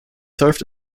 served